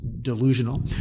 delusional